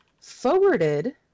forwarded